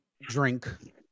drink